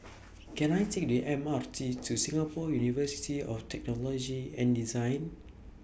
Can I Take The M R T to Singapore University of Technology and Design